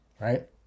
Right